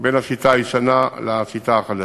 בין השיטה הישנה לשיטה החדשה.